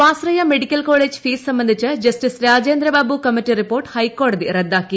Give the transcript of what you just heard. സ്വാശ്രയ medical college fees സംബന്ധിച്ച് justice Rajendrababu committee report ഹൈക്കോടതി റദ്ദാക്കി